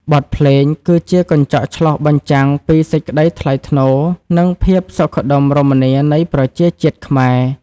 បទភ្លេងគឺជាកញ្ចក់ឆ្លុះបញ្ចាំងពីសេចក្ដីថ្លៃថ្នូរ និងភាពសុខដុមរមនានៃប្រជាជាតិខ្មែរ។